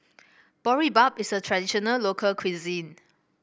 boribap is a traditional local cuisine